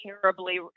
terribly